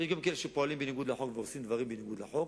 יש גם כאלה שפועלים בניגוד לחוק והורסים דברים בניגוד לחוק.